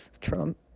Trump